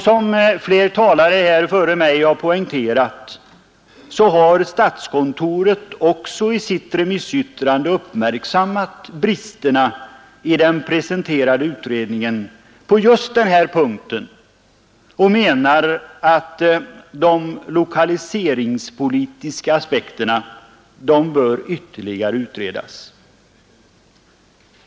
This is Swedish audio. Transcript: Som flera talare före mig har poängterat har också statskontoret i sitt remissyttrande uppmärksammat bristerna i den presenterade utredningen på just den här punkten och menar att de lokaliseringspolitiska aspekterna bör ytterligare utredas.